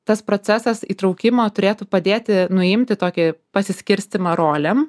tas procesas įtraukimo turėtų padėti nuimti tokį pasiskirstymą rolėm